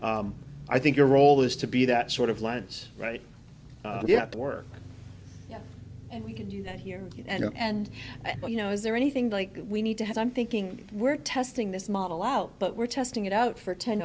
i think your role is to be that sort of lance right yep work and we can do that here and you know is there anything like we need to have i'm thinking we're testing this model out but we're testing it out for ten